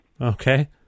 Okay